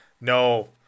no